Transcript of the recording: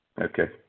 Okay